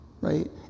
Right